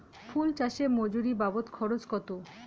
ফুল চাষে মজুরি বাবদ খরচ কত?